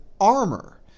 armor